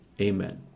Amen